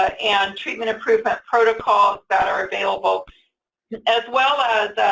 ah and treatment improvement protocols that are available as well as